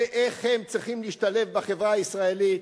איך הם צריכים להשתלב בחברה הישראלית,